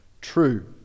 true